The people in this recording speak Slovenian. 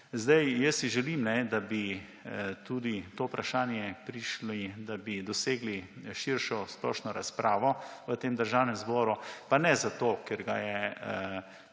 Želim si, da bi tudi to vprašanje prišli, da bi dosegli širšo splošno razpravo v Državnem zboru, pa ne zato, ker ga je